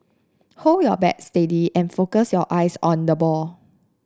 hold your bat steady and focus your eyes on the ball